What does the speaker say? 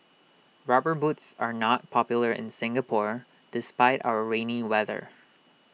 rubber boots are not popular in Singapore despite our rainy weather